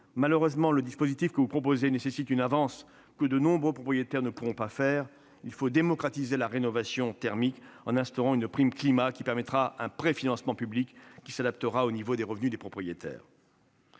Malheureusement, le dispositif que vous proposez nécessite une avance que de nombreux propriétaires ne pourront pas faire. Il faut démocratiser la rénovation thermique, en instaurant une « prime climat » qui permettra un préfinancement public et qui s'adaptera au niveau de revenus des propriétaires.